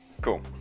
Cool